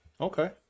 Okay